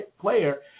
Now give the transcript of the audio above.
player